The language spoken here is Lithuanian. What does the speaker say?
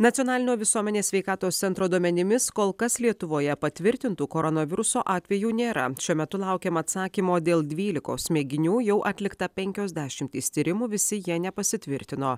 nacionalinio visuomenės sveikatos centro duomenimis kol kas lietuvoje patvirtintų koronaviruso atvejų nėra šiuo metu laukiama atsakymo dėl dvylikos mėginių jau atlikta penkios dešimtys tyrimų visi jie nepasitvirtino